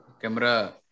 camera